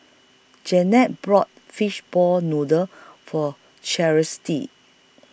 Jeannette brought Fishball Noodle For